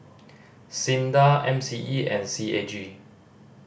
SINDA M C E and C A G